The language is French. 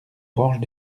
branches